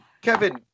kevin